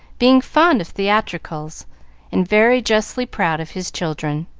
being fond of theatricals and very justly proud of his children,